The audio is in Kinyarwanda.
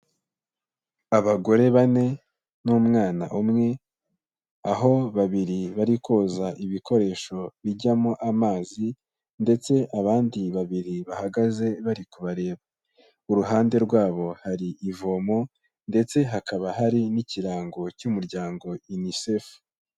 Abagore bane n'umwana umwe, aho babiri bari koza ibikoresho bijyamo amazi ndetse abandi babiri bahagaze bari kubareba. Ku ruhande rwabo hari ivomo ndetse hakaba hari n'ikirango cy'umuryango UNICEF.